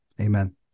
Amen